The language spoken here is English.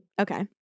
Okay